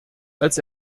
als